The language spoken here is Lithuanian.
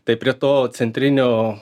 tai prie to centrinio